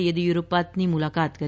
યેદિયુરપ્પા મુલાકાત કરી